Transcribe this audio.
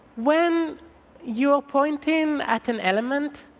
when you're pointing at an element,